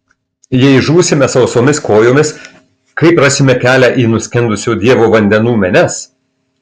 jei žūsime sausomis kojomis kaip rasime kelią į nuskendusio dievo vandenų menes